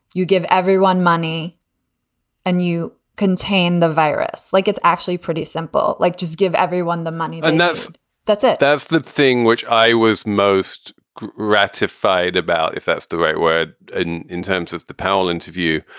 you give everyone money and you contain the virus. like it's actually pretty simple. like just give everyone the money but and that's that's it. that's the thing which i was most ratified about, if that's the right word. in in terms of the powell interview,